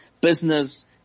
business